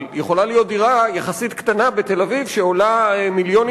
אבל יכולה להיות דירה יחסית קטנה בתל-אביב שעולה מיליונים